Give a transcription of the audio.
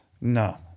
No